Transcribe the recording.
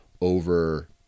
over